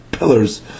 Pillars